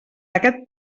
aquest